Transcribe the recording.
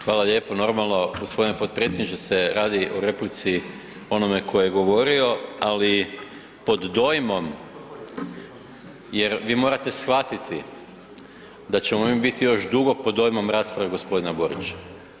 Hvala lijepo normalno gospodine potpredsjedniče se radi o replici onome tko je govorio, ali pod dojmom jer vi morate shvatiti da ćemo mi biti još dugo pod dojmom rasprave gospodina Borića.